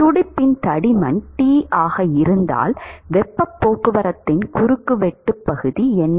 துடுப்பின் தடிமன் T ஆக இருந்தால் வெப்பப் போக்குவரத்தின் குறுக்குவெட்டுப் பகுதி என்ன